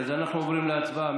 אז אנחנו עוברים להצבעה.